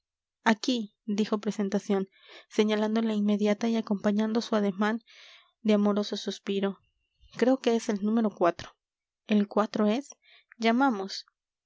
aquí aquí dijo presentación señalando la inmediata y acompañando su ademán de amoroso suspiro creo que es el número el es llamamos